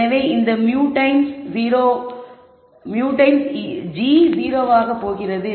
எனவே இந்த μ times g 0 ஆக போகிறது